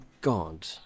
God